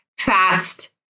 fast